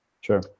sure